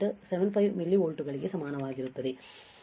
75 ಮಿಲಿವೋಲ್ಟ್ಗಳಿಗೆ ಸಮನಾಗಿರುತ್ತದೆ